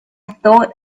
thought